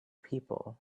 people